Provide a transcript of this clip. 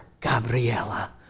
Gabriella